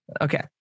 Okay